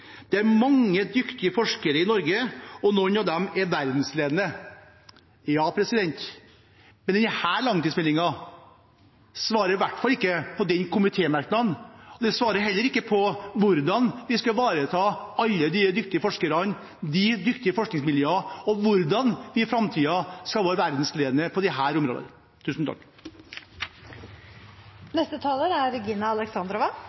Det er mange dyktige forskere i Norge, og noen av dem er verdensledende.» Men denne langtidsmeldingen svarer i hvert fall ikke på den komitémerknaden. Den svarer heller ikke på hvordan vi skal ivareta alle de dyktige forskerne, de dyktige forskningsmiljøene, og på hvordan vi i framtiden skal være verdensledende på disse områdene.